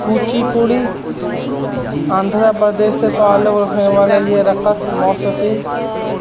کوچی پوڑی آندھرا پردیش سے تعلق رکھنے والا یہ رقص موسیقی